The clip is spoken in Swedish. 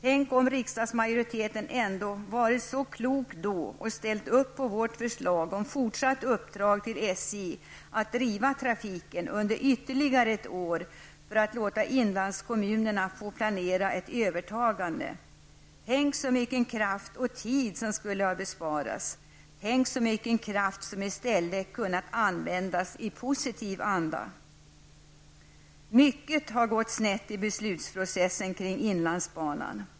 Tänk om riksdagsmajoriteten varit så klok att den ställt upp på vårt förslag om fortsatt uppdrag till SJ att driva trafiken under ytterligare ett år, för att låta inlandskommunerna få planera ett övertagande. Tänk så mycken kraft och tid som skulle ha sparats! Tänk så mycken kraft som i stället kunnat användas i positiv anda! Mycket har gått snett i beslutsprocessen kring inlandsbanan.